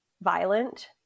violent